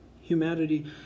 Humanity